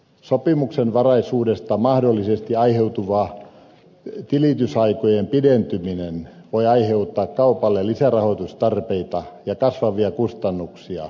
sopimuksenvaraisuudesta mahdollisesti aiheutuva tilitysaikojen pidentyminen voi aiheuttaa kaupalle lisärahoitustarpeita ja kasvavia kustannuksia